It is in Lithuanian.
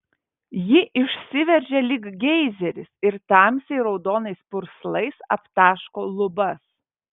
ji išsiveržia lyg geizeris ir tamsiai raudonais purslais aptaško lubas